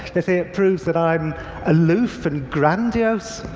they say it proves that i'm aloof and grandiose.